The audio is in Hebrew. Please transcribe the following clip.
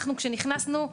אנחנו כשנכנסנו,